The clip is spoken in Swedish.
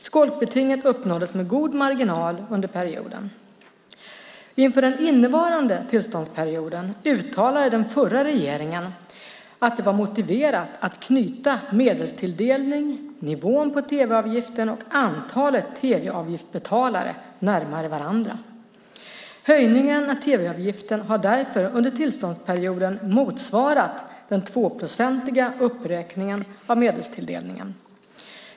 Skolkbetinget uppnåddes med god marginal under perioden. Inför den innevarande tillståndsperioden uttalade den förra regeringen att det var motiverat att knyta medelstilldelning, nivån på tv-avgiften och antalet tv-avgiftsbetalare närmare varandra. Höjningen av tv-avgiften har därför under tillståndsperioden motsvarat den 2-procentiga uppräkningen av medelstilldelningen.